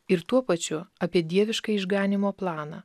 ir tuo pačiu apie dieviškąjį išganymo planą